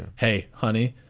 hey, honey,